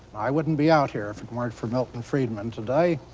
i wouldn't be out here if it weren't for milton friedman, today.